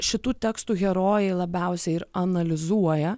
šitų tekstų herojai labiausiai ir analizuoja